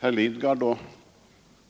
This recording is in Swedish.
Herr Lidgard